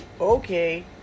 okay